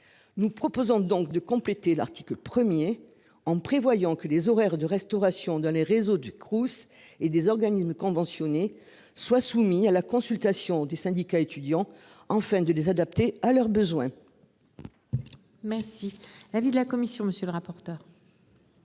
Nous proposons donc de compléter l'article 1er en prévoyant que les horaires de restauration dans les réseaux du Crous et des organismes conventionnés soit soumis à la consultation des syndicats étudiants en fin de les adapter à leurs besoins. Merci. L'avis de la commission. Monsieur le rapporteur.